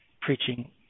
Preaching